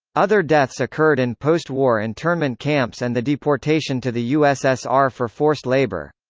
other deaths occurred in post war internment camps and the deportation to the ussr for forced labor.